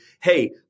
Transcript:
hey